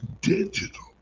digital